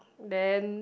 then